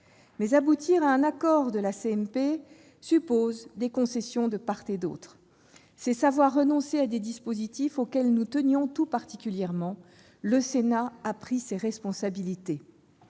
Mais aboutir à un accord de la CMP suppose des concessions de part et d'autre. C'est savoir renoncer à des dispositifs auxquels nous tenions tout particulièrement. Le Sénat a pris ses responsabilités.